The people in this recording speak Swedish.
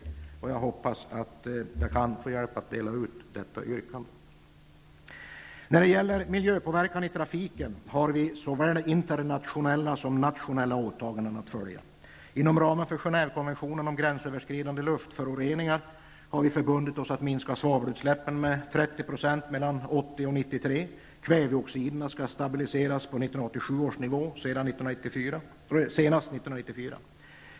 1990/91:T401 som sin mening ger regeringen till känna att det nu inte finns skäl att ompröva denna hastighetssänkning.'' När det gäller miljöpåverkan i trafiken har vi såväl internationella som nationella åtaganden att följa. Inom ramen för Genèvekonventionen om gränsöverskridande luftföroreningar har vi förbundit oss att minska svavelutsläppen med 30 % mellan åren 1980 och 1993. Kväveoxiderna skall senast 1994 stabiliseras på 1987 års nivå.